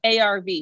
ARV